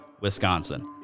Wisconsin